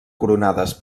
coronades